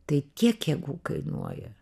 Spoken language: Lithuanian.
tai kiek jėgų kainuoja